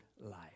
life